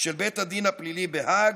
של בית הדין הפלילי בהאג,